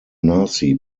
nazi